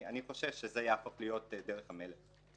ואני חושש שזה יהפוך להיות דרך המלך.